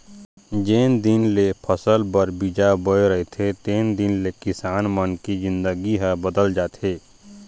जेन दिन ले फसल बर बीजा बोय रहिथे तेन दिन ले किसान मन के जिनगी ह बदल जाथे